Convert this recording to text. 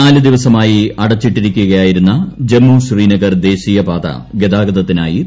നാല് ദിവസമായി അടച്ചിട്ടിരിക്കുകയായിരുന്ന ജമ്മു ശ്രീനഗർ ദേശീയപാത ഗതാഗതത്തിനായി തുറന്നു